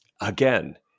again